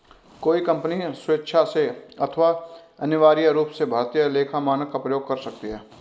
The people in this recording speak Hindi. कोई कंपनी स्वेक्षा से अथवा अनिवार्य रूप से भारतीय लेखा मानक का प्रयोग कर सकती है